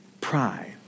pride